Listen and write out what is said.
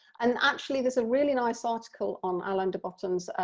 and actually there's a really nice article on alain de botton's